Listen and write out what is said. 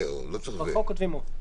בחוק כותבים "או".